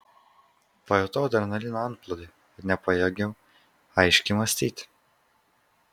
pajutau adrenalino antplūdį ir nepajėgiau aiškiai mąstyti